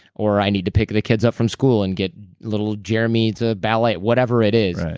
or, i need to pick the kids up from school and get little jeremy to ballet. whatever it is,